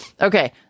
Okay